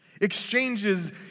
exchanges